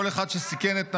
כל אחד שסיכן את נפשו,